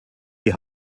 die